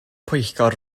pwyllgor